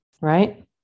Right